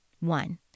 one